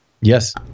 yes